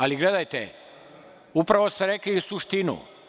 Ali, gledajte, upravo ste rekli suštinu.